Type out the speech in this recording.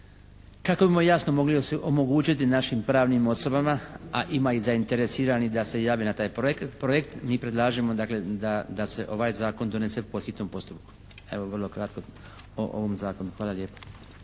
Kako bismo jasno mogli omogućiti našim pravnim osobama a ima i zainteresiranih da se jave na taj projekt, mi predlažemo dakle da se ovaj Zakon donese po hitnom postupku. Evo vrlo kratko o ovom Zakonu. Hvala lijepo.